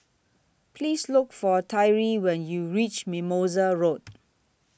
Please Look For Tyree when YOU REACH Mimosa Road